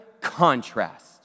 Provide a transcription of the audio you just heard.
contrast